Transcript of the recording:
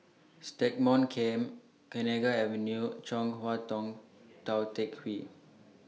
Stagmont Camp Kenanga Avenue Chong Hua Tong Tou Teck Hwee